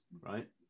right